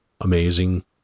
amazing